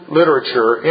literature